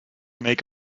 make